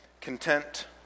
content